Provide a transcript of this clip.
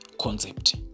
concept